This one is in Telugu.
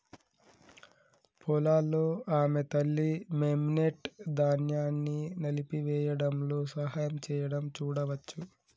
పొలాల్లో ఆమె తల్లి, మెమ్నెట్, ధాన్యాన్ని నలిపివేయడంలో సహాయం చేయడం చూడవచ్చు